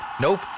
Nope